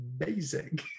amazing